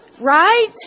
Right